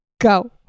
go